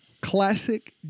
Classic